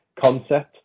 concept